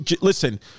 listen